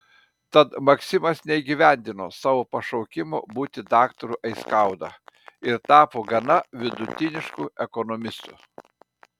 tad maksimas neįgyvendino savo pašaukimo būti daktaru aiskauda ir tapo gana vidutinišku ekonomistu